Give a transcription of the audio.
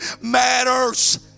matters